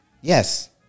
Yes